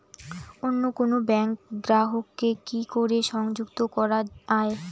অন্য কোনো ব্যাংক গ্রাহক কে কি করে সংযুক্ত করা য়ায়?